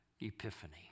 epiphany